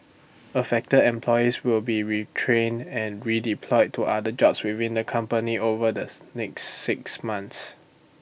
affected employees will be retrained and redeployed to other jobs within the company over this next six months